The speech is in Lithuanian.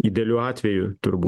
idealiu atveju turbū